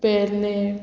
पेरने